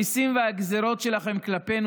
המיסים והגזרות שלכם כלפינו,